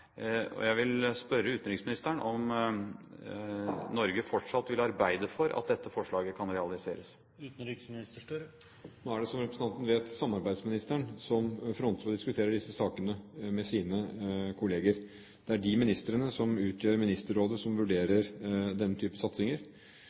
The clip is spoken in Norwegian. land. Jeg vil spørre utenriksministeren om Norge fortsatt vil arbeide for at dette forslaget kan realiseres. Som representanten vet, er det samarbeidsministeren som fronter og diskuterer disse sakene med sine kolleger. Det er de ministrene som utgjør Ministerrådet, som